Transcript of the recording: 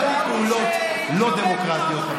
מהן פעולות לא דמוקרטיות,